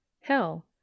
Hell